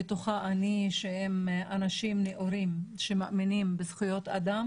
בטוחה אני שאנשים נאורים שמאמינים בזכויות אדם